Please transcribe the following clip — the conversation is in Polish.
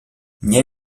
nie